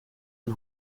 een